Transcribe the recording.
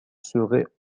serait